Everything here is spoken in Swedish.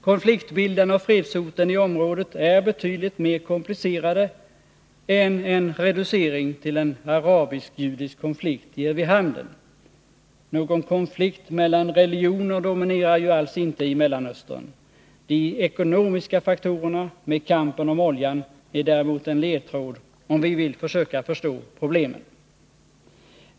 Konfliktbilden och fredshoten i området är betydligt mer komplicerade än en reducering till en arabisk-judisk konflikt ger vid handen. Någon konflikt mellan religioner dominerar ju alls inte i Mellanöstern; de ekonomiska faktorerna med kampen om oljan är däremot en ledtråd, om vi vill försöka förstå problemen.